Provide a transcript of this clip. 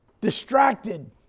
distracted